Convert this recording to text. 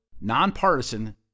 nonpartisan